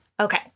Okay